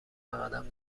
بقدم